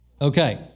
Okay